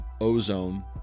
ozone